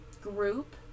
group